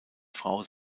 frau